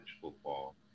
football